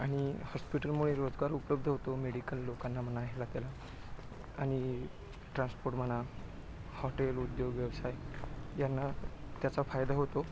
आणि हॉस्पिटलमुळे रोजगार उपलब्ध होतो मेडिकल लोकांना म्हणा ह्याला त्याला आणि ट्रान्सपोर्ट म्हणा हॉटेल उद्योग व्यवसाय यांना त्याचा फायदा होतो